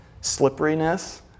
slipperiness